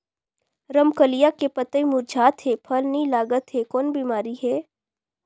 रमकलिया के पतई मुरझात हे फल नी लागत हे कौन बिमारी हे?